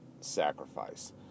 sacrifice